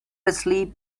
asleep